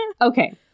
okay